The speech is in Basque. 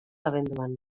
abenduan